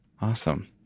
Awesome